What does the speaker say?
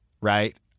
right